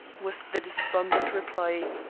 was the despondent reply.